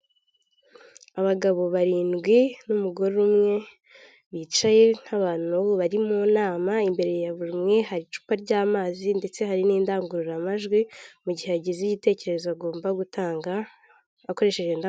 Abagabo barindwi n'umugore umwe bicaye nk'abantu bari mu nama, imbere ya buri umwe hari icupa ry'amazi ndetse hari n'indangururamajwi, mu gihe agize igitekerezo agomba gutanga, akoresheje inda